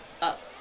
up